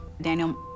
Daniel